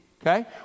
Okay